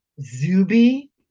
Zuby